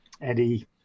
Eddie